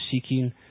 seeking